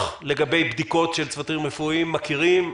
לגבי בדיקות של צוותים רפואיים אנחנו מכירים.